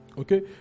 okay